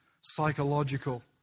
psychological